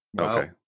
okay